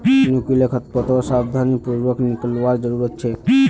नुकीले खरपतवारक सावधानी पूर्वक निकलवार जरूरत छेक